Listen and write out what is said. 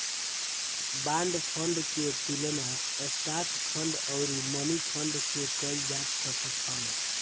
bond fund के तुलना stock fund अउरी मनीफंड से कईल जा सकत हवे